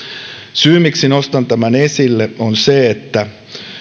syy miksi nostan tämän esille on se että